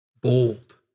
bold